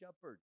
shepherd